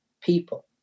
people